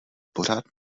pořád